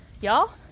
y'all